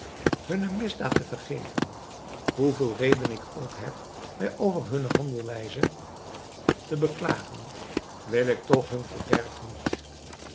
hunne misdaad te vergeven hoeveel reden ik ook heb mij over hunne handelwijze te beklagen wil ik toch hun verderf niet